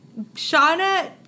shauna